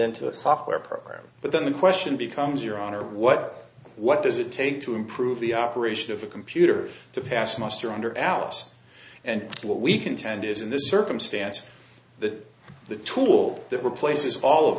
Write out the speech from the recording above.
into a software program but then the question becomes your honor what what does it take to improve the operation of a computer to pass muster under alice and what we contend is in this circumstance that the tool that replaces all of